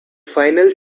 final